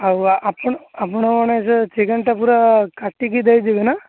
ଆଉ ଆପଣ ଆପଣମାନେ ଯେଉଁ ଚିକେନଟା ପୂରା କାଟିକି ଦେଇ ଦେବେ ନା